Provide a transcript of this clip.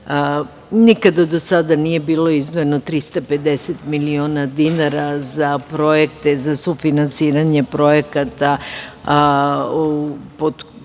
ranije. Nikada do sada nije bilo izdvojeno 350 miliona dinara za projekte, za sufinansiranje projekata pod